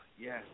yes